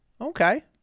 Okay